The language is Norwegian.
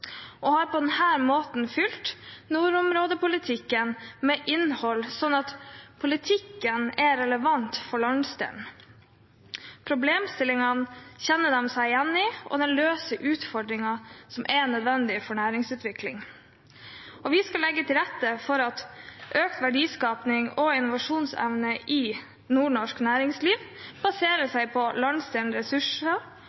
og har på den måten fylt nordområdepolitikken med innhold, sånn at politikken er relevant for landsdelen. Problemstillingene kjenner regjeringen seg igjen i, og den løser utfordringer som er nødvendige for næringsutvikling. Vi skal legge til rette for at økt verdiskaping og innovasjonsevne i nordnorsk næringsliv baserer